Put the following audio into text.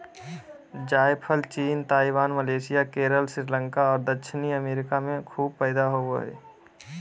जायफल चीन, Taiwan, Malaysia, Kerala, Sri Lanka और दक्षिणी अमेरिका में खूब पैदा होबो हइ